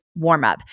warmup